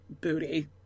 booty